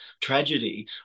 tragedy